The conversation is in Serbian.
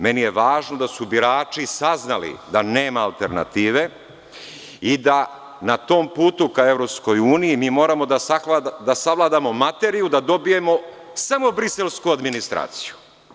Meni je važno da su birači saznali da nema alternative i da na tom putu ka EU mi moramo da savladamo materiju, da dobijemo samo briselsku administraciju.